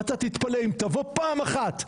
ואתה תתפלא, אם תבוא פעם אחת,